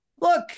look